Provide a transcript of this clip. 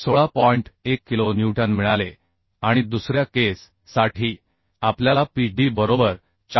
1 kilo newton मिळाले आणि दुसऱ्या केस साठी आपल्याला पी डी बरोबर 410